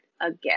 again